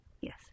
Yes